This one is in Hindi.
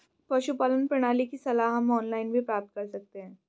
पशुपालन प्रणाली की सलाह हम ऑनलाइन भी प्राप्त कर सकते हैं